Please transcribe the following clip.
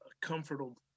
comfortable